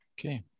Okay